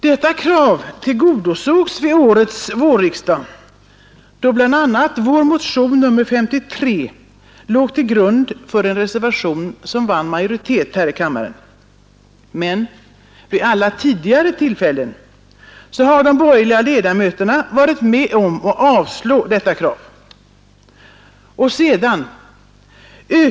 Detta krav tillgodosågs vid årets vårriksdag, då bl.a. vår motion 53 låg till grund för en reservation som vann majoritet här i kammaren. Men vid alla tidigare tillfällen har de borgerliga ledamöterna varit med om att avslå detta krav.